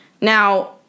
Now